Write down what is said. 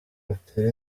batera